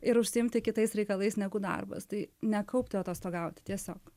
ir užsiimti kitais reikalais negu darbas tai nekaupti o atostogauti tiesiog